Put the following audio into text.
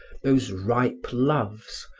those ripe loves,